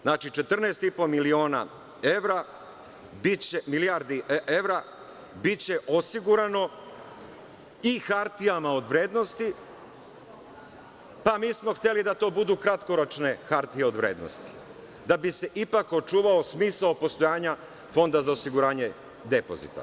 Znači, 14,5 milijardi evra biće osigurano i hartijama od vrednosti, pa mi smo hteli da to budu kratkoročne hartije od vrednosti, da bi se ipak očuvao smisao postojanja Fonda za osiguranje depozita.